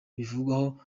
bivugwaho